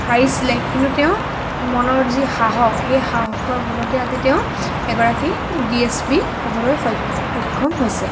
হাৰিছিলে কিন্তু তেওঁৰ মনৰ যি সাহস সেই সাহসৰ বলতেই আজি তেওঁ এগৰাকী ডি এছ পি হ'বলৈ সক্ষম হৈছে